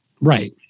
Right